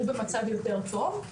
היו במצב יותר טוב.